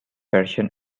version